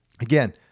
again